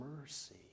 mercy